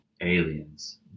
aliens